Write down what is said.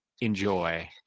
enjoy